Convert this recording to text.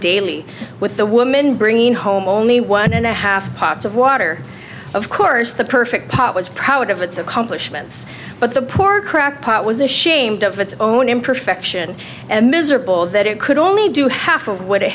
daily with the woman bringing home only one and a half pots of water of course the perfect pot was proud of its accomplishments but the poor crackpot was ashamed of its own imperfection and miserable that it could only do half of what it